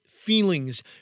feelings